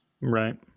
Right